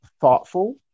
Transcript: thoughtful